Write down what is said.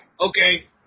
Okay